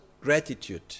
gratitude